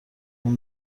اون